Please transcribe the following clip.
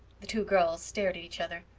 the two girls stared at each other.